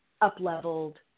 up-leveled